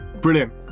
Brilliant